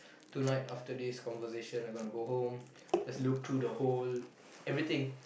tonight after this conversation I gonna go home just look through the whole everything